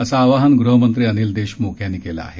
असं आवाहन गृहमंत्री अनिल देशमुख यांनी केलं आहे